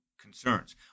concerns